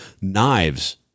knives